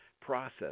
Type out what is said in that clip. process